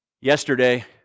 Yesterday